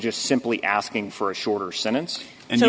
just simply asking for a shorter sentence and then